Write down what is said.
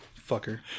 Fucker